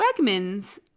Wegmans